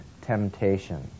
temptation